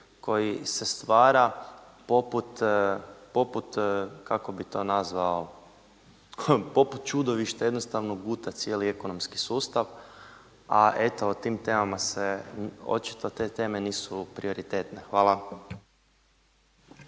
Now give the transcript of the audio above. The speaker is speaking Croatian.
to nazvao, poput čudovišta jednostavno guta cijeli ekonomski sustav a eto o tim temama se, očito te teme nisu prioritetne. Hvala.